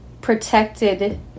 protected